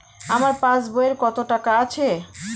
আমার পাস বইয়ে কত টাকা আছে?